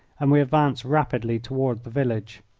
and we advanced rapidly toward the village.